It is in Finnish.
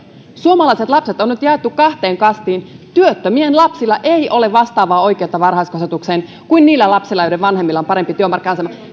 suomalaiset lapset on nyt jaettu kahteen kastiin työttömien lapsilla ei ole vastaavaa oikeutta varhaiskasvatukseen kuin niillä lapsilla joiden vanhemmilla on parempi työmarkkina asema